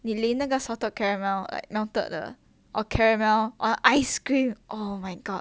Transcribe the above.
你凌那个 salted caramel like melted 的 or caramel on ice cream oh my god